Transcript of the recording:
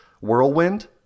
Whirlwind